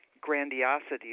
grandiosity